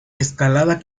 escalada